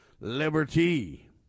liberty